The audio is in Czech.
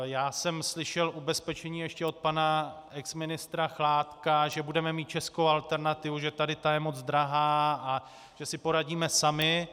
Já jsem slyšel ubezpečení ještě od pana exministra Chládka, že budeme mít českou alternativu, že tahle je moc drahá, že si poradíme sami.